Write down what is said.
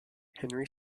henry